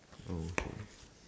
okay